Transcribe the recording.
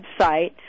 website